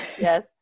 Yes